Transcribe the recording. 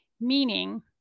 meaning